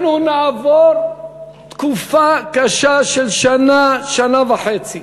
אנחנו נעבור תקופה קשה של שנה, שנה וחצי,